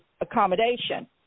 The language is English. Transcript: accommodation